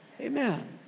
Amen